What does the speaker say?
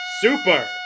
Super